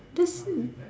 that's s~